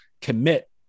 commit